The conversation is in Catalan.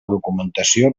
documentació